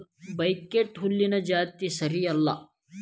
buckwheat ಹುಲ್ಲಿನ ಜಾತಿಗೆ ಸೇರಿಲ್ಲಾ